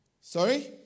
Sorry